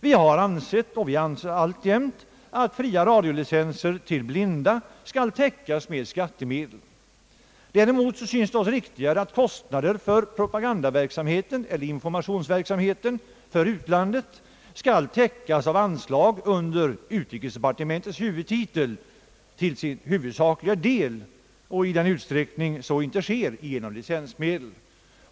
Vi har ansett och anser alltjämt att fria radiolicenser åt blinda skall bekostas med skattemedel. Däremot synes det oss riktigare att kostnader för propagandaeller infor mationsverksamheten för utlandet skall till sin huvudsakliga del täckas av anslag under utrikesdepartementets huvudtitel och, i den utsträckning så inte sker, genom licensmedel.